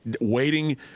waiting